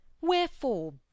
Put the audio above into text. wherefore